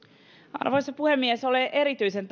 arvoisa puhemies olen erityisen